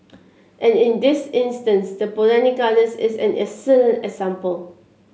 and in this instance the Botanic Gardens is an excellent example